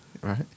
Right